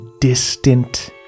distant